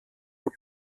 hop